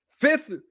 fifth